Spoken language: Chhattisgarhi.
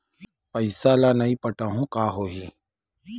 पईसा ल नई पटाहूँ का होही?